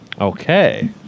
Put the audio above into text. Okay